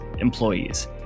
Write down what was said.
employees